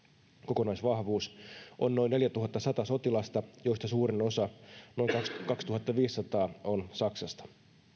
kokonaisvahvuus on noin neljätuhattasata sotilasta joista suurin osa noin kaksituhattaviisisataa on saksasta